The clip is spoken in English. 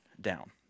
down